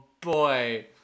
boy